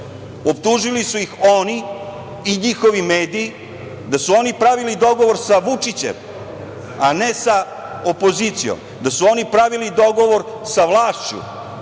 Optužili su ih oni i njihovi mediji da su oni pravili dogovor sa Vučićem, a ne sa opozicijom, da su oni pravili dogovor sa vlašću,